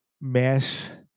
mass